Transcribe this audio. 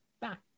back